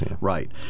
right